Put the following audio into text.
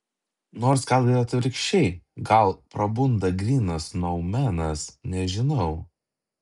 nors gal ir atvirkščiai gal prabunda grynas noumenas nežinau